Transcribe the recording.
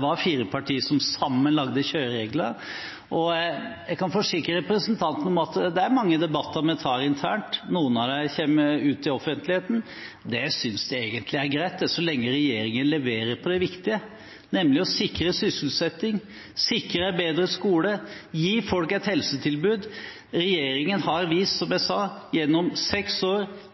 var fire partier som sammen laget kjøreregler, og jeg kan forsikre representanten om at det er mange debatter vi tar internt. Noen av dem kommer ut i offentligheten, og det synes jeg egentlig er greit så lenge regjeringen leverer på det viktige, nemlig å sikre sysselsetting, sikre en bedre skole og gi folk et helsetilbud. Regjeringen har, som jeg sa, vist